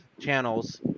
channels